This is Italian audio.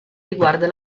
riguarda